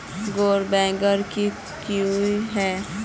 गैर बैंकिंग की हुई है?